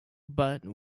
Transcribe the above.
but